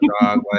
dog